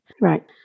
Right